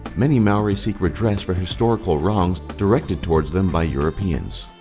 many maoris seek redress for historical wrongs directed towards them by europeans.